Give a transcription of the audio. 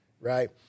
right